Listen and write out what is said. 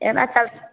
एना चल